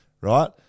right